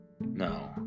No